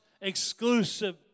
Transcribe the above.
exclusive